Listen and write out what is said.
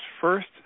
first